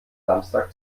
samstag